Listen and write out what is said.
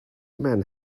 man